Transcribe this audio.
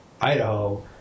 Idaho